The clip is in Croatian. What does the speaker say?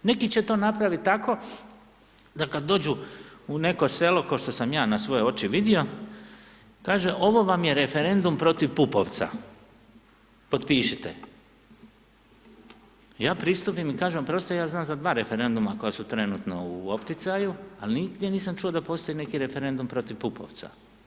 Neki će to napraviti tako da kad dođu u neko selo kao što sam ja na svoje oči vidio, kaže, ovo vam je referendum protiv Pupovca, potpišite, ja pristupim i kažem oprostite, ja znam za dva referenduma koja su trenutno u opticaju ali nigdje nisam čuo da postoji neki referendum protiv Pupovca.